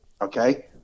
Okay